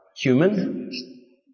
human